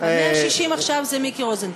160 עכשיו זה מיקי רוזנטל.